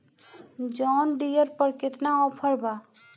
John Deere पर केतना offer बा?